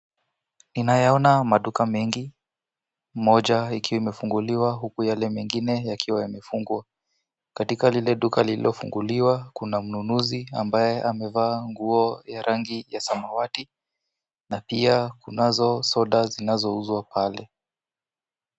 Ninayaona maduka mengi, moja ikiwa imefunguliwa huku yale mengine yakiwa yamefungwa. Katika lile duka lililofunguliwa kuna mnunuzi ambaye amevaa nguo ya rangi ya samawati na pia kunazo soda zinazouzwa pale.